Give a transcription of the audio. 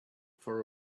for